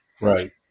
Right